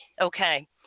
Okay